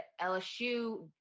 LSU